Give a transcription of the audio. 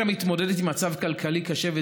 כעיר המתמודדת עם מצב כלכלי קשה,